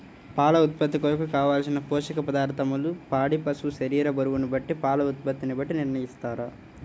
పాల ఉత్పత్తి కొరకు, కావలసిన పోషక పదార్ధములను పాడి పశువు శరీర బరువును బట్టి పాల ఉత్పత్తిని బట్టి నిర్ణయిస్తారా?